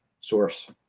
source